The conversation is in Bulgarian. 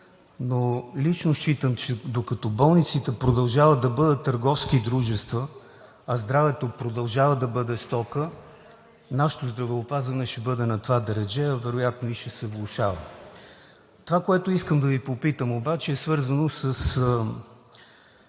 но лично считам, че докато болниците продължават да бъдат търговски дружества, а здравето продължава да бъде стока, нашето здравеопазване ще бъде на това дередже, а вероятно и ще се влошава. Това, което искам да Ви попитам обаче, е свързано с